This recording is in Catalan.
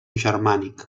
germànic